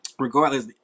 Regardless